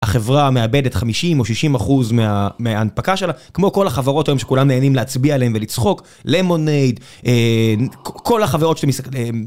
החברה מאבדת 50 או 60 אחוז מההנפקה שלה, כמו כל החברות שכולם נהנים להצביע עליהם ולצחוק, למונייד, כל החברות ש...